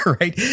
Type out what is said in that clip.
right